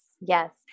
yes